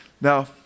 Now